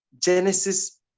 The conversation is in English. genesis